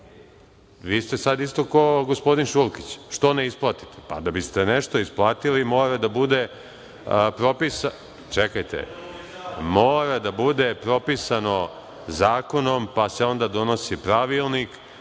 vi ste sad isto kao gospodin Šulkić, što ne isplatite. Pa da biste nešto isplatili, mora da bude propisano zakonom, pa se onda donosi pravilnik,